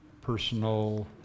personal